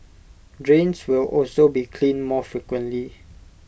drains will also be cleaned more frequently